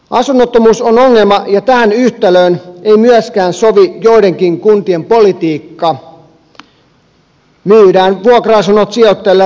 asunnottomuus on ongelma ja tähän yhtälöön ei myöskään sovi joidenkin kuntien politiikka myydään vuokra asunnot sijoittajille rahapulassa